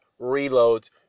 reloads